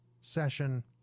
session